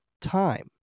time